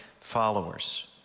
followers